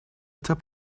top